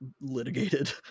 litigated